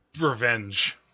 revenge